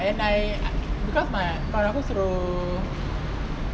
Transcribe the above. and I because my kawan aku suruh